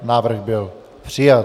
Návrh byl přijat.